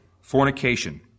fornication